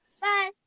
Bye